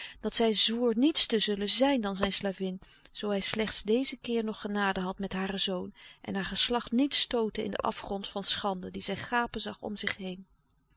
dat zij zwoer niets te zullen zijn dan zijn slavin zoo hij slechts dezen keer nog genade had met haren zoon en haar geslacht niet stootte in den afgrond van schande die zij gapen zag om zich heen